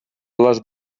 les